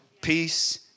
Peace